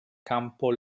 campo